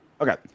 Okay